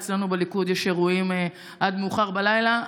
אצלנו בליכוד יש אירועים עד מאוחר בלילה,